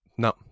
No